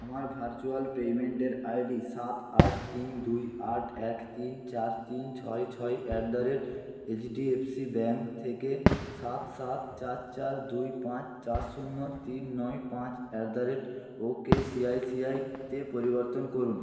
আমার ভার্চুয়াল পেমেন্টের I D সাত আট তিন দুই আট এক তিন চার তিন ছয় ছয় at the rate H D F C bank থেকে সাত সাত চার চার দুই পাঁচ চার শূন্য তিন নয় পাঁচ at the rate ok C I C I তে পরিবর্তন করুন